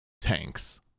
tanks